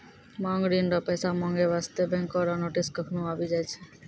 मांग ऋण रो पैसा माँगै बास्ते बैंको रो नोटिस कखनु आबि जाय छै